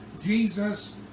Jesus